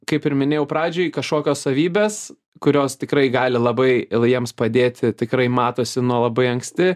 kaip ir minėjau pradžioj kažkokios savybės kurios tikrai gali labai jiems padėti tikrai matosi nuo labai anksti